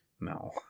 no